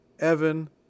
evan